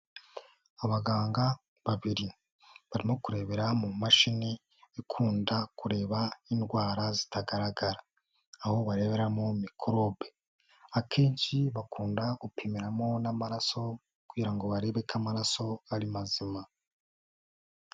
Abaganga babiri barimo kurebera mu mashini ikunda kureba indwara zitagaragara aho bareberamo mikorobe, akenshi bakunda gupimiramo n'amaraso kugira ngo barebe ko amaraso ari mazima.